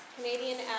Canadian